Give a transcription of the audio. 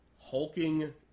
hulking